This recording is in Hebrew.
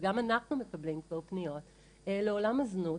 וגם אנחנו מקבלים דיווחים על פניות לעולם הזנות.